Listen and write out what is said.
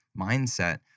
mindset